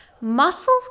muscle